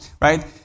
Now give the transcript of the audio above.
right